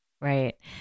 Right